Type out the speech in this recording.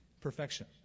perfection